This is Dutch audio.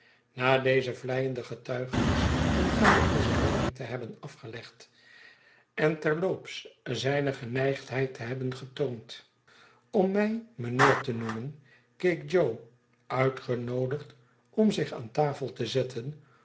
na deze vleiende getuigenis aangaande onze woning te hebben afgelegd en terloops zijne geneigdheid te hebben getoond om mij mijnheer te noemen keek jo uitgenoodigd om zich aan tafel te zetten